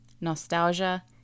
nostalgia